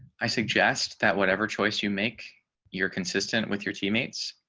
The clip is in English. i suggest that whatever choice you make your consistent with your teammates,